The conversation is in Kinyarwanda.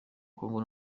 congo